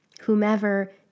Whomever